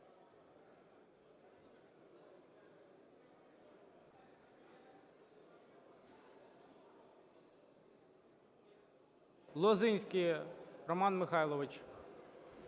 Лозинський Роман Михайлович.